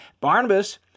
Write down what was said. Barnabas